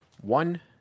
One